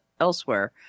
elsewhere